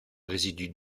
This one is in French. résidu